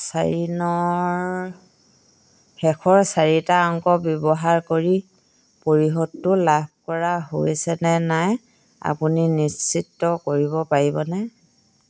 চাৰি নৰ শেষৰ চাৰিটা অংক ব্যৱহাৰ কৰি পৰিশোধটো লাভ কৰা হৈছে নে নাই আপুনি নিশ্চিত কৰিব পাৰিবনে